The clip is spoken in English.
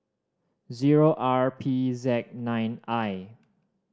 zero R P Z nine I